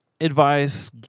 advice